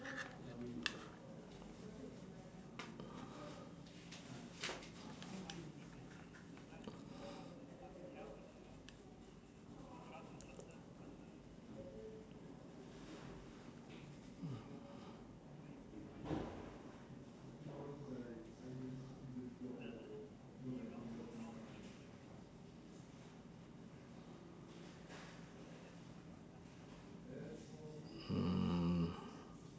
mm